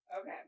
okay